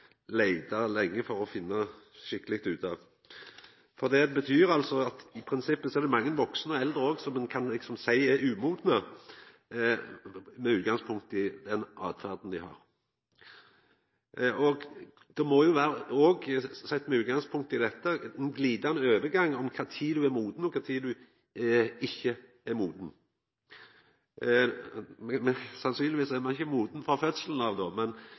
leita lenge for å finna skikkeleg ut av. For det betyr jo at det i prinsippet er mange vaksne og eldre som ein òg kan seia er umodne, med utgangspunkt i den åtferda dei har. Det må jo vera – med utgangspunkt i dette – ein glidande overgang frå kva tid du er moden til kva tid du ikkje er moden. Sannsynlegvis er ein ikkje moden frå fødselen av, men